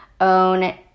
own